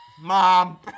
mom